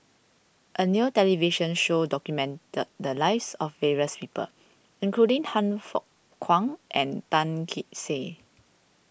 a new television show documented the lives of various people including Han Fook Kwang and Tan Kee Sek